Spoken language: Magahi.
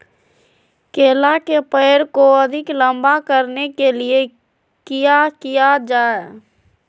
केला के पेड़ को अधिक लंबा करने के लिए किया किया जाए?